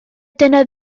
dyna